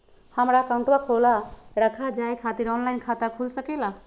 हमारा अकाउंट खोला रखा जाए खातिर ऑनलाइन खाता खुल सके ला?